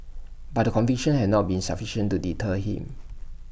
but the convictions have not been sufficient to deter him